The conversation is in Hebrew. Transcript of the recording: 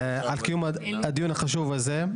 הדיון החשוב הזה.